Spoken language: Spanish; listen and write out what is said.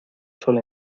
sol